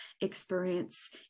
experience